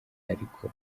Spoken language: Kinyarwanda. ariko